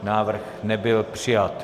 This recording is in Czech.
Návrh nebyl přijat.